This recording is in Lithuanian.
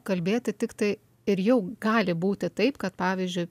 kalbėti tiktai ir jau gali būti taip kad pavyzdžiui